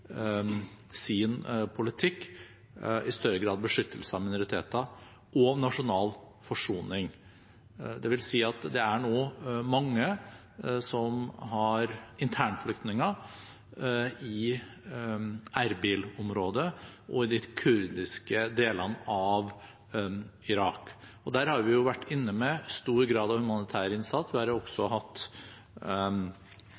sin politikk i større grad beskyttelse av minoriteter og nasjonal forsoning. Det vil si at det er nå mange internflyktninger i Erbil-området og i de kurdiske delene av Irak. Der har vi vært inne med stor grad av humanitær innsats, og vi har